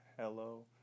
Hello